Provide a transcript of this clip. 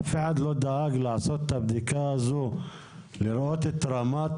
אף אחד לא דאג לעשות את הבדיקה הזו לראות את רמת